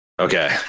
Okay